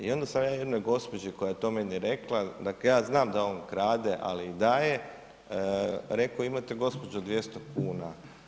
I onda sam ja jednoj gospođi koja je to meni rekla, dakle ja znam da on krade, ali i daje, rekao imate gospođo 200 kuna.